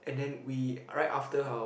and then we right after her